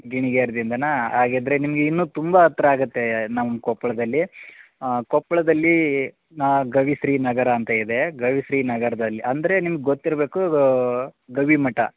ಗಿಣ್ಗೇರಿಯಿಂದನಾ ಹಾಗಿದ್ರೆ ನಿಮ್ಗೆ ಇನ್ನು ತುಂಬ ಹತ್ರ ಆಗತ್ತೆ ನಮ್ಮ ಕೊಪ್ಪಳದಲ್ಲಿ ಕೊಪ್ಳದಲ್ಲಿ ನಾ ಗವಿಶ್ರೀ ನಗರ ಅಂತ ಇದೆ ಗವಿಶ್ರೀ ನಗರದಲ್ಲಿ ಅಂದರೆ ನಿಮ್ಗೆ ಗೊತ್ತಿರಬೇಕು ಗವಿಮಠ